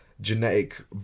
genetic